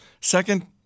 Second